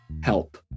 help